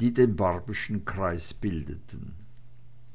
die den barbyschen kreis bildeten